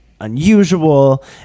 unusual